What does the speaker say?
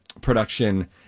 production